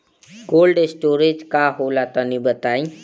Cold storage का होला तनि बताई?